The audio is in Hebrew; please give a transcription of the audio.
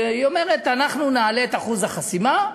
אומרת: אנחנו נעלה את אחוז החסימה,